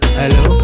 hello